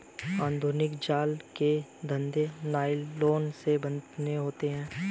आधुनिक जाल के धागे नायलोन के बने होते हैं